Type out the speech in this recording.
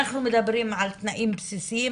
אנחנו מדברים על תנאים בסיסיים,